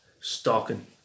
stalking